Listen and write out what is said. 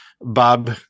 bob